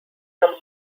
from